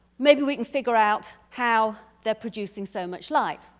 maybe we can figure out how they're producing so much light.